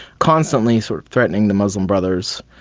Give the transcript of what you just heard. constantly sort of threatening the muslim brothers.